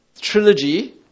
trilogy